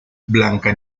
blanca